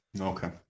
Okay